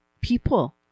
people